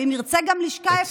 ואם נרצה גם לשכה, איפה שיבחר.